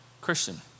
Christian